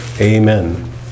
amen